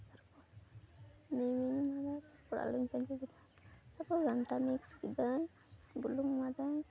ᱱᱤᱢᱤᱧ ᱮᱢᱟ ᱟᱫᱟ ᱛᱟᱨᱯᱚᱨ ᱟᱞᱩᱧ ᱠᱷᱟᱸᱡᱚ ᱠᱮᱫᱟ ᱛᱟᱨᱯᱚᱨ ᱜᱷᱟᱱᱴᱟ ᱢᱤᱠᱥ ᱠᱤᱫᱟᱹᱧ ᱵᱩᱞᱩᱝ ᱮᱢᱟᱫᱟᱹᱧ